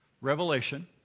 Revelation